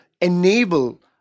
enable